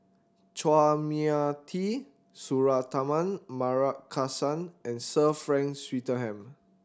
Chua Mia Tee Suratman Markasan and Sir Frank Swettenham